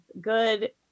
good